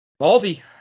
Ballsy